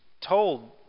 told